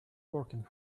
working